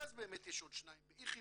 ובמרכז יש באמת יש עוד שניים באיכילוב,